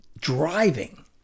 driving